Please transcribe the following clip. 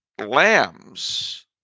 Lambs